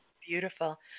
Beautiful